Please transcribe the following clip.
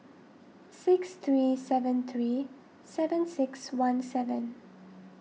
six three seven three seven six one seven